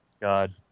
god